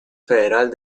federal